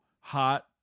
hot